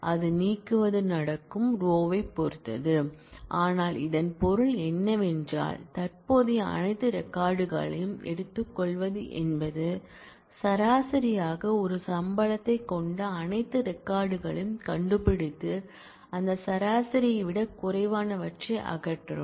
அது நீக்குவது நடக்கும் ரோயைப் பொறுத்தது ஆனால் இதன் பொருள் என்னவென்றால் தற்போதைய அனைத்து ரெக்கார்ட் களையும் எடுத்துக்கொள்வது என்பது சராசரியாக ஒரு சம்பளத்தைக் கொண்ட அனைத்து ரெக்கார்ட் களையும் கண்டுபிடித்து அந்த சராசரியை விட குறைவானவற்றை அகற்றவும்